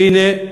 והנה,